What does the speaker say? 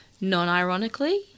non-ironically